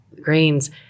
grains